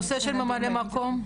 נושא של ממלאי מקום.